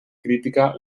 crítica